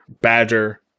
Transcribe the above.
Badger